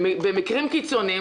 במקרים קיצוניים,